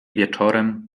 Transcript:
wieczorem